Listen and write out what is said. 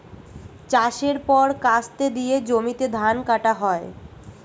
চাষের পর কাস্তে দিয়ে জমিতে ধান কাটা হয়